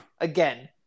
again